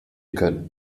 könnt